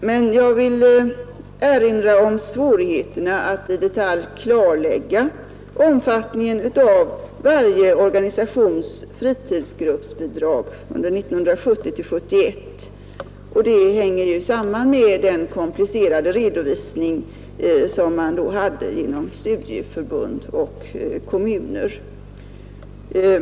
Men jag vill erinra om svårigheterna att i detalj klarlägga omfattningen av varje organisations fritidsgruppsbidrag under budgetåret 1970/71. Detta hänger samman med den komplicerade redovisning som då tillämpades inom studieförbund och kommuner.